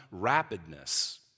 rapidness